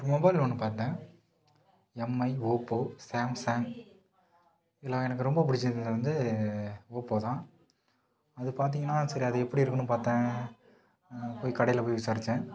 mobile ஒன்று பார்த்தேன் MI Oppo Samsung இதில் எனக்கு ரொம்ப பிடிச்சதுல வந்து ஓப்போ தான் அது பார்த்திங்கன்னா சரி அது எப்படி இருக்குன்னு பாத்தேன் போய் கடையில் போய் விசாரித்தேன்